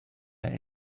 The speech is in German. der